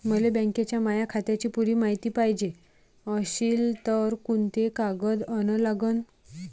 मले बँकेच्या माया खात्याची पुरी मायती पायजे अशील तर कुंते कागद अन लागन?